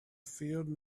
field